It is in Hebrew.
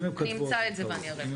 אני אמצא את זה ואני אראה לך.